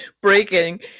Breaking